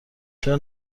چرا